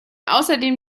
außerdem